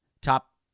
top